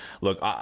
look